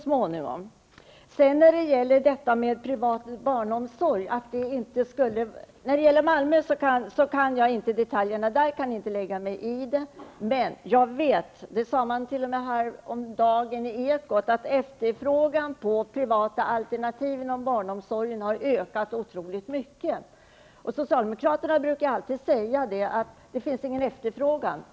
Vidare har vi frågan om privat barnomsorg. Jag kan inte detaljerna när det gäller Malmö och kan alltså inte lägga mig i den diskussionen. Men jag vet, och det sades t.o.m. häromdagen i Ekot, att efterfrågan på privata alternativ inom barnomsorgen har ökat otroligt mycket. Socialdemokraterna brukar alltid säga att det finns ingen efterfrågan.